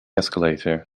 escalator